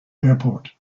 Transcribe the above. airport